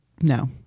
no